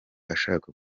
ashaka